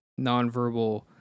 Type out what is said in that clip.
nonverbal